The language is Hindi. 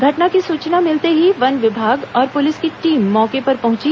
घटना की सूचना मिलते ही वन विभाग और पुलिस की टीम मौके पर पहुंची